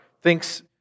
thinks